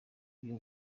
byo